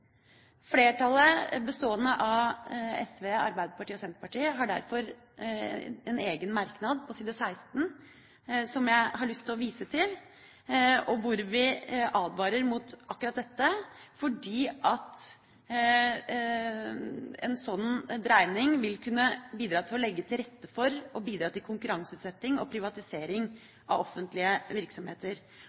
Flertallet, bestående av SV, Arbeiderpartiet og Senterpartiet, har derfor en egen merknad på side 16 som jeg har lyst til å vise til, hvor vi advarer mot akkurat dette, fordi en sånn dreining vil kunne «legge til rette for og bidra til konkurranseutsetting og privatisering av offentlige virksomheter».